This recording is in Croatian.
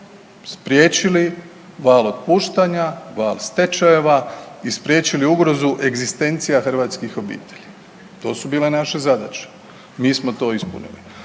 Spriječili val otpuštanja, val stečajeva i spriječili ugrozu egzistencija hrvatskih obitelji to su bile naše zadaće. Mi smo to ispunili.